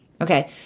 Okay